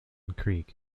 creek